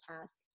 task